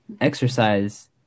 exercise